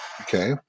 Okay